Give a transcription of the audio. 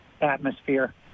atmosphere